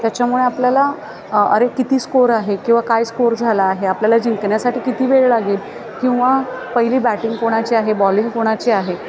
त्याच्यामुळे आपल्याला अरे किती स्कोर आहे किंवा काय स्कोर झाला आहे आपल्याला जिंकण्यासाठी किती वेळ लागेल किंवा पहिली बॅटिंग कोणाची आहे बॉलिंग कोणाची आहे